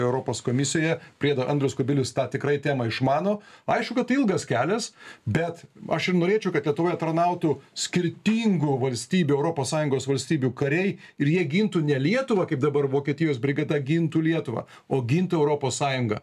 europos komisija priedo andrius kubilius tą tikrai temą išmano aišku kad tai ilgas kelias bet aš ir norėčiau kad lietuvoje tarnautų skirtingų valstybių europos sąjungos valstybių kariai ir jie gintų ne lietuvą kaip dabar vokietijos brigada gintų lietuvą o gintų europos sąjungą